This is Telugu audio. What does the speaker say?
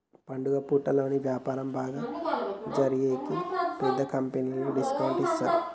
పండుగ పూటలలో వ్యాపారం బాగా జరిగేకి పెద్ద కంపెనీలు డిస్కౌంట్ ఇత్తారు